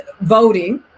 voting